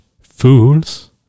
fools